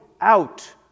out